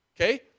Okay